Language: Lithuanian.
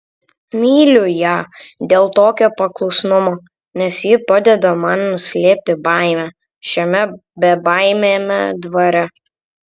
myliu ją dėl tokio paklusnumo nes ji padeda man nuslėpti baimę šiame bebaimiame dvare